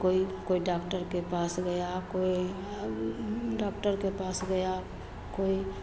कोई कोई डाक्टर के पास गया कोई डाक्टर के पास गया कोई